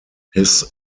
his